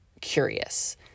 curious